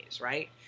right